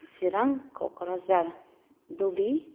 Chirang Kokrajhar Dhubri